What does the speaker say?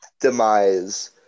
demise